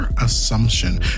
assumption